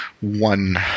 one